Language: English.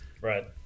Right